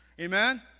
Amen